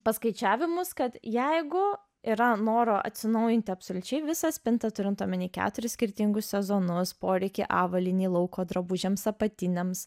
paskaičiavimus kad jeigu yra noro atsinaujinti absoliučiai visą spintą turint omeny keturis skirtingus sezonus poreikį avalynei lauko drabužiams apatiniams